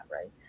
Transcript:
right